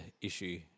issue